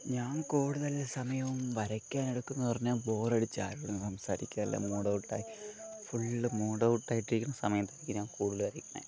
ഞാൻ കൂടുതൽ സമയവും വരയ്ക്കാൻ എടുക്കുന്നു എന്ന് പറഞ്ഞാൽ ബോറടിച്ച് ആരോടും സംസാരിക്കാറില്ല മൂഡൗട്ടായി ഫുള്ള് മൂഡ് ഔട്ടായിട്ടിരിക്കുന്ന സമയത്തായിരിക്കും ഞാന് കൂടുതൽ വരയ്ക്കുന്നത്